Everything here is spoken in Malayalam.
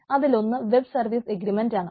അതിലൊന്ന് വെബ് സർവ്വീസ് എഗ്രിമെൻറ് ആണ്